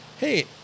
Hey